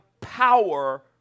power